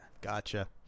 Gotcha